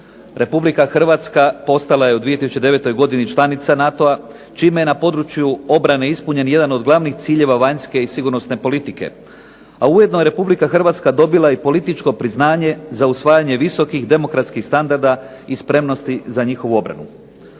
Republika Hrvatska postala je u 2009. godini članica NATO-a, čime je na području obrane ispunjen jedan od glavnih ciljeva vanjske i sigurnosne politike, a ujedno je Republika Hrvatska dobila i političko priznanje za usvajanje visokih demokratskih standarda i spremnosti za njihovu obranu.